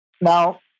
Now